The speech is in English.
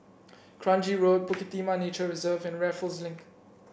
Kranji Road Bukit Timah Nature Reserve and Raffles Link